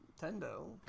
Nintendo